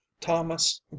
thomas